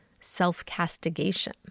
self-castigation